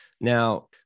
Now